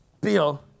Bill